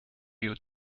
you